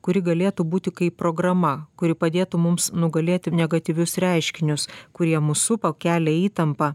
kuri galėtų būti kaip programa kuri padėtų mums nugalėti negatyvius reiškinius kurie mus supa kelia įtampą